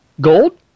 Gold